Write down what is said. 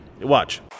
Watch